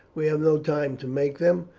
we have no time to make them.